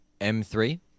M3